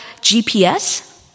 GPS